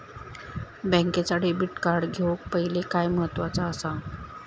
बँकेचा debit card घेउक पाहिले काय महत्वाचा असा?